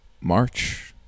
March